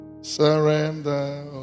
Surrender